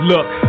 Look